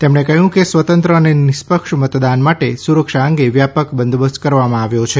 તેમણે કહ્યું કે સ્વતંત્ર અને નિષ્પક્ષ મતદાન માટે સુરક્ષા અંગે વ્યાપક બંદોબસ્ત કરવામાં આવ્યો છે